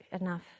enough